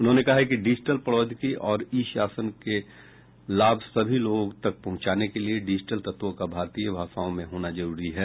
उन्होंने कहा कि डिजिटल प्रौद्योगिकी और ई शासन के लाभ सभी लोगों तक पहुंचाने के लिए डिजिटल तत्वों का भारतीय भाषाओं में होना जरूरी है